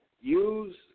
use